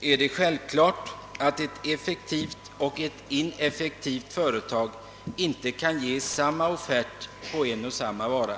är det självklart att ett effektivt och ett ineffektivt företag inte kan ge samma offert på en och samma vara.